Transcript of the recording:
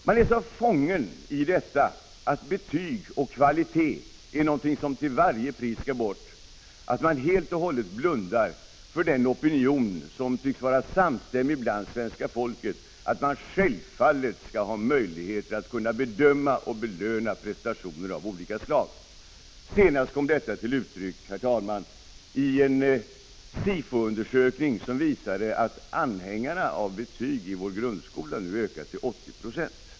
Man är så fången i detta att betyg och kvalitet är någonting som till varje pris skall bort, att man helt och hållet blundar för den opinion som tycks var samstämmig inom det svenska folket, nämligen att det självfallet skall finnas möjligheter att bedöma och belöna prestationer av olika slag. Senast kom detta till uttryck, herr talman, i en Sifo-undersökning, som visade att anhängarna av betyg i vår grundskola har ökat till 80 90.